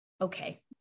okay